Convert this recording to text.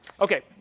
Okay